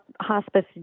hospice